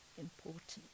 important